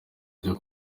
ryo